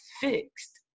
fixed